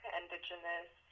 indigenous